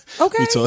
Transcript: Okay